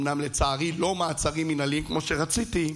אומנם לצערי לא מעצרים מינהליים כמו שרציתי,